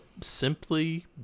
Simply